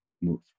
move